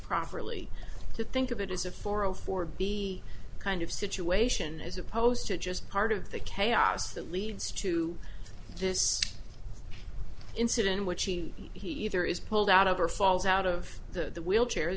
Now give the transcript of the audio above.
properly to think of it as a forum for b kind of situation as opposed to just part of the chaos that leads to this incident which he he either is pulled out of or falls out of the wheelchair